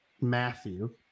Matthew